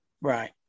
Right